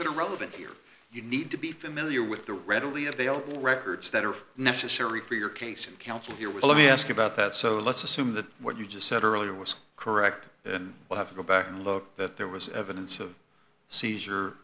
that are relevant here you need to be familiar with the readily available records that are necessary for your case and counsel here will let me ask about that so let's assume that what you just said earlier was correct then i'll have to go back and look that there was evidence of seizure